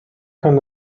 kann